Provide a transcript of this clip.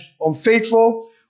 unfaithful